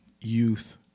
youth